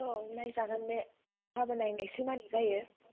औ नाजागोन बे गाबोन नायनायनोसै माबोरै जायो